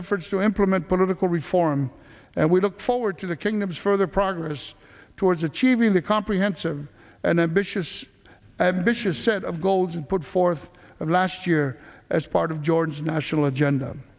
efforts to implement political reform and we look forward to the kingdom's further progress towards achieving the comprehensive and ambitious vicious set of goals put forth last year as part of george national agenda